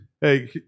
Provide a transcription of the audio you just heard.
Hey